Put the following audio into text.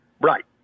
Right